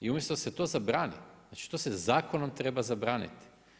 I umjesto da se to zabrani, znači to se zakonom treba zabraniti.